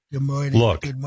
Look